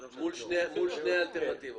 מול שתי האלטרנטיבות.